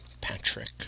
Patrick